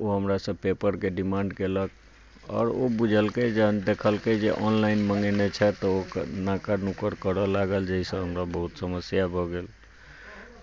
ओ हमरासँ पेपरके डिमांड कयलक आओर ओ बुझलकै जहन देखलकै जे ऑनलाइन मँगेने छथि तऽ ओ नाकर नुकुर करै लागल जे ई सब हमरा बहुत समस्या भऽ गेल